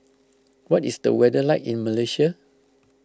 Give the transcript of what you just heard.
what is the weather like in Malaysia